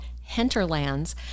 Hinterlands